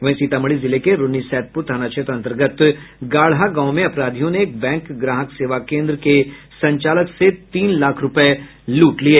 वहीं सीतामढ़ी जिले के रून्नीसैदपुर थाना क्षेत्र अंतर्गत गाढ़ा गांव में अपराधियों ने एक बैंक ग्राहक सेवा केन्द्र के संचालक से तीन लाख रूपये लूट लिये